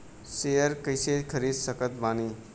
Share कइसे खरीद सकत बानी?